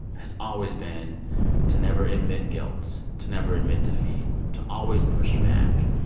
has always been to never admit guilt, to never admit defeat, to always push back.